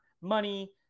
money